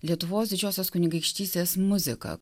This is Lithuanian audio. lietuvos didžiosios kunigaikštystės muzika